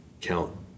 count